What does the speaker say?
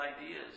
ideas